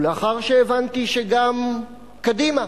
ולאחר שהבנתי שגם קדימה,